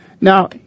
Now